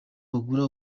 bagura